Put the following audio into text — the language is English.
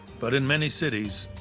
but in many cities,